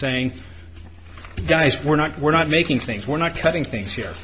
saying guys we're not we're not making things we're not cutting things here